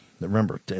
Remember